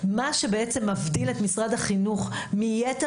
מה שבעצם מבדיל את משרד החינוך מיתר